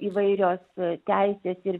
įvairios teisės ir